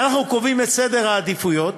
ואנחנו קובעים את סדר העדיפויות,